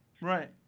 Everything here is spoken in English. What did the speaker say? Right